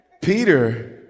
Peter